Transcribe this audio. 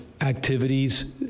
activities